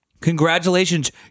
congratulations